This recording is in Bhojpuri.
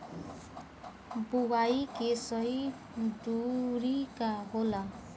बुआई के सही दूरी का होला?